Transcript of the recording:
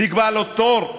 נקבע לו תור,